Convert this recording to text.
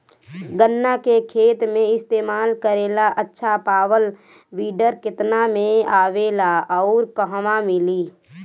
गन्ना के खेत में इस्तेमाल करेला अच्छा पावल वीडर केतना में आवेला अउर कहवा मिली?